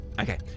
Okay